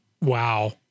Wow